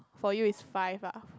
for you it's five lah